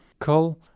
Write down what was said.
call